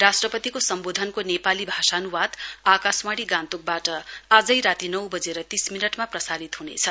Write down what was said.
राष्ट्रपतिको सम्बोधनको नेपाली भाषानुवाद आकाशवाणी गान्तोकबाट आजै राती नौ बजेर तीस मिनटमा प्रसारित हुनेछ